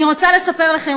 אני רוצה לספר לכם,